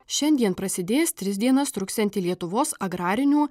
šiandien prasidės tris dienas truksianti lietuvos agrarinių